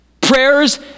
prayers